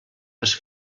les